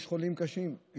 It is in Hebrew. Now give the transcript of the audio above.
יש חולים קשים,